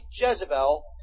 Jezebel